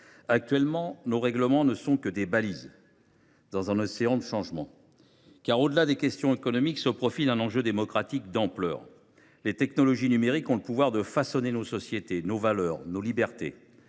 Actuellement, nos règlements ne sont que des balises dans un océan de changements ; car, au delà des questions économiques, se profile un enjeu démocratique d’ampleur. Les technologies numériques ont le pouvoir de façonner nos sociétés, nos valeurs et nos libertés.